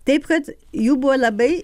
taip kad jų buvo labai